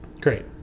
Great